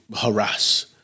harass